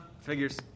figures